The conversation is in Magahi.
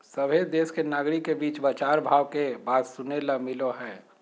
सभहे देश के नागरिक के बीच बाजार प्रभाव के बात सुने ले मिलो हय